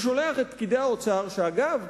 הוא שולח את פקידי האוצר, שאגב,